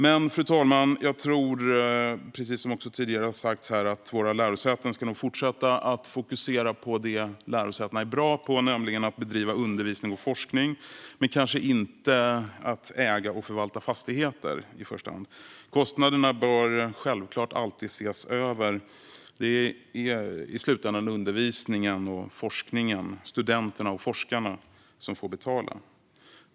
Men jag tror, precis som tidigare har sagts här, att våra lärosäten nog ska fortsätta att fokusera på det som de är bra på, nämligen att bedriva undervisning och forskning, men kanske inte att i första hand äga och förvalta fastigheter. Kostnaderna bör självklart alltid ses över. Det är i slutändan undervisningen och forskningen - studenterna och forskarna - som får betala.